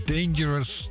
Dangerous